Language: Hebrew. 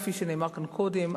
כפי שנאמר כאן קודם,